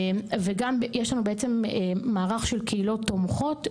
וגם יש לנו בעצם מערך של קהילות תומכות,